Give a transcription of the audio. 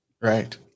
Right